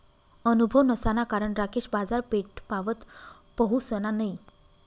अनुभव नसाना कारण राकेश बाजारपेठपावत पहुसना नयी